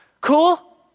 Cool